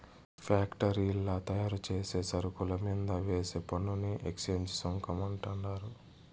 ఫ్యాక్టరీల్ల తయారుచేసే సరుకుల మీంద వేసే పన్నుని ఎక్చేంజ్ సుంకం అంటండారు